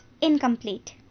incomplete